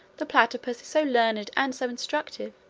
the platypus is so learned and so instructive,